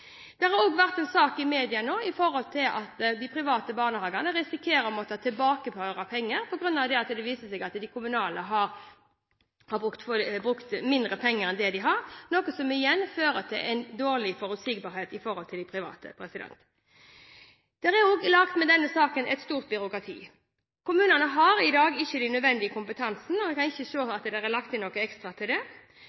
Det har også vært en sak i media nå om at de private barnehagene risikerer å måtte tilbakeføre penger fordi det viser seg at de kommunale har brukt mindre penger enn det de har budsjettert, noe som igjen fører til dårlig forutsigbarhet for de private. Det er med denne saken laget et stort byråkrati. Kommunene har i dag ikke den nødvendige kompetansen, og jeg kan ikke